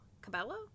Cabello